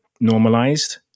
normalized